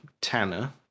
Tanner